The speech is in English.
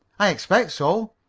i expect so.